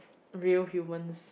real humans